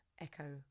echo